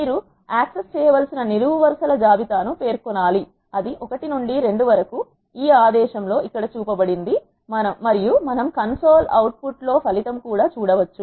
మీరు యాక్సెస్ చేయవలసిన నిలువు వరుస ల జాబితా ను పేర్కొనాలి అది 1 నుండి 2 వరకు ఈ ఆదేశం లో ఇక్కడ చూపబడింది మరియు మనము కన్సోల్ అవుట్పుట్ లో ఫలితము చూడవచ్చు